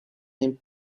named